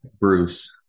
Bruce